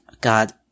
God